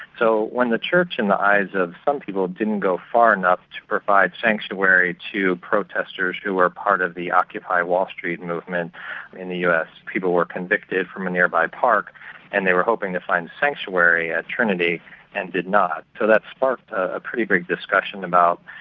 so when the church in the eyes of some people didn't go far enough to provide sanctuary to protesters who were part of the occupy wall st and movement in the us, people were evicted from a nearby park and they were hoping to find sanctuary at trinity and did not, so that sparked a pretty big discussion about,